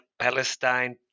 Palestine